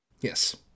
Yes